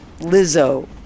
Lizzo